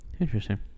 Interesting